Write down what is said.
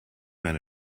eine